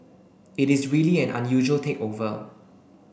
it is really an unusual takeover